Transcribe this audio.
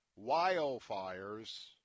wildfires